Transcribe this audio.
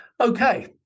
Okay